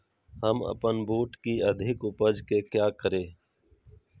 हम अपन बूट की अधिक उपज के क्या करे?